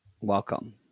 Welcome